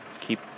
keep